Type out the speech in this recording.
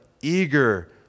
eager